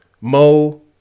Mo